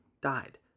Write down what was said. died